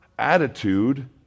attitude